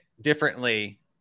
differently